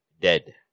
dead